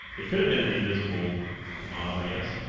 it could have been an invisible mom i guess